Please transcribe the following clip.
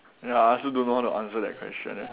ya I also don't know how to answer that question leh